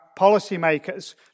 policymakers